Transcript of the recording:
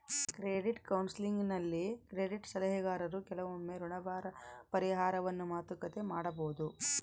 credit ಕೌನ್ಸೆಲಿಂಗ್ನಲ್ಲಿ credit ಸಲಹೆಗಾರರು ಕೆಲವೊಮ್ಮೆ ಋಣಭಾರ ಪರಿಹಾರವನ್ನು ಮಾತುಕತೆ ಮಾಡಬೊದು